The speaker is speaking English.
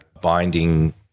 binding